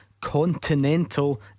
continental